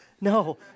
No